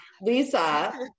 Lisa